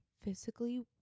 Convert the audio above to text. physically